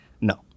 No